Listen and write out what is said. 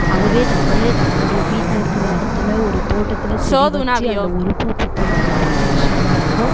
அதுவே நம்மளே நம்மளோடைய வீட்டில இருக்கிற இடத்துல ஒரு தோட்டத்தில் செடி வச்சு அதில் ஒரு பூ பூத்தாலும் அது பெரிய விஷயமா இருக்கும்